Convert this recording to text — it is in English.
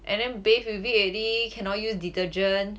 and then bathe with it already cannot use detergent